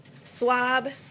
swab